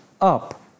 up